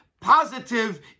positive